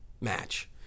match